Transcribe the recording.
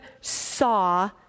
saw